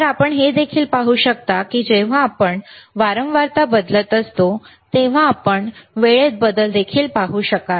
तर आपण हे देखील पाहू शकता की जेव्हा आपण वारंवारता बदलत असतो तेव्हा आपण वेळेत बदल देखील पाहू शकाल